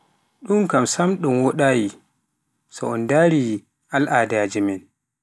dun kam sam ɗun woɗaayi so un ndaare al'aadeje men